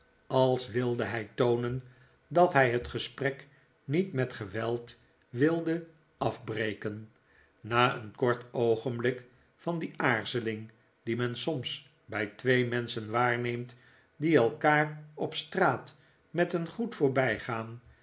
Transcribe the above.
als wilde hij toonen dat hij het gesprek niet met geweld wilde afbreken na een kort oogenblik van die aarzeling die men soms bij twee menschen waarneemt die elkaar op straat met een groet voorbijgaan